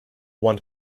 one